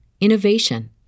innovation